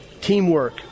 teamwork